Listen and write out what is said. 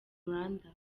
rwanda